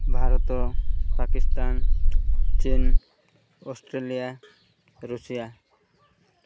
ଭାରତ ପାକିସ୍ତାନ୍ ଚୀନ୍ Australia Russia